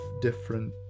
different